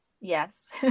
Yes